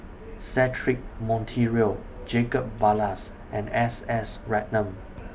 Cedric Monteiro Jacob Ballas and S S Ratnam